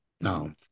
No